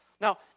Now